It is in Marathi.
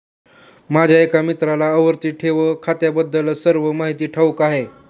माझ्या एका मित्राला आवर्ती ठेव खात्याबद्दल सर्व माहिती ठाऊक आहे